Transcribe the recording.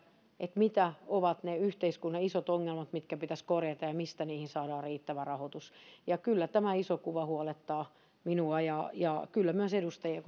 mitä ovat ne yhteiskunnan isot ongelmat mitkä pitäisi korjata ja ja mistä niihin saadaan riittävä rahoitus kyllä tämä iso kuva huolettaa minua ja ja kyllä myös edustajia